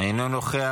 אינו נוכח.